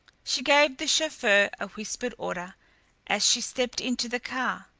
she gave the chauffeur a whispered order as she stepped into the car.